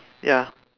ya